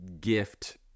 gift